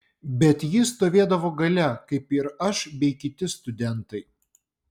bet ji stovėdavo gale kaip ir aš bei kiti studentai